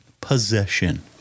Possession